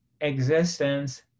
existence